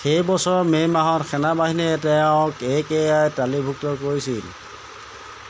সেই বছৰৰ মে' মাহত সেনাবাহিনীয়ে তেওঁক কে কে আই ত তালিকাভুক্ত কৰিছিল